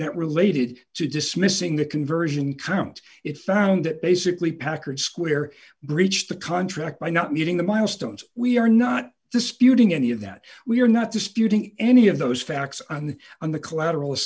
that related to dismissing the conversion count it found that basically packard square breached the contract by not meeting the milestones we are not disputing any of that we are not disputing any of those facts on the on the collateral